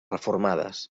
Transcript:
reformades